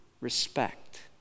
respect